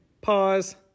pause